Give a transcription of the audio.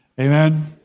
amen